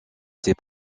ses